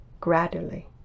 Gradually